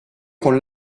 con